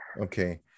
Okay